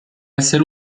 essere